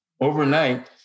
overnight